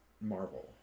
marvel